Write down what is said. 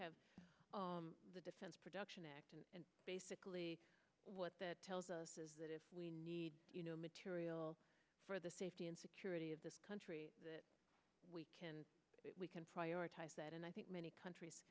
have the defense production act and basically what that tells us is that if we need you know material for the safety and security of this country that we can we can prioritize that and i think many countries